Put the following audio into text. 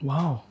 Wow